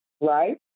Right